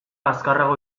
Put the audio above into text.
azkarrago